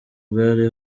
bwari